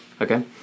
Okay